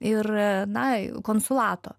ir na konsulato